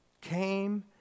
came